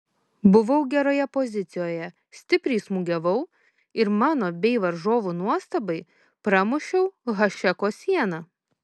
buvau geroje pozicijoje stipriai smūgiavau ir mano bei varžovų nuostabai pramušiau hašeko sieną